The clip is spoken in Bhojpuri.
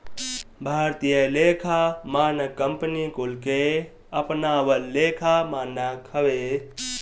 भारतीय लेखा मानक कंपनी कुल के अपनावल लेखा मानक हवे